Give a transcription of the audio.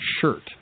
shirt